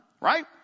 right